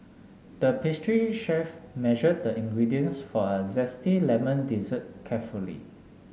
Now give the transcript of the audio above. the pastry chef measured the ingredients for a zesty lemon dessert carefully